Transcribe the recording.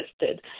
listed